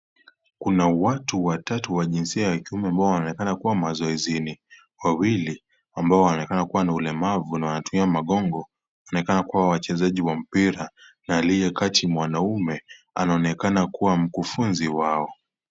Kuna watu wa jinsia ya kiume ambao waonekana kuwa mazoezini. Wawili ambao huonekana kuwa na ulemavu na wanatumia magongo, wanaonekana kuwa wachezaji wa mpira na aliyekachini mwanaume ni mkufunzi wao.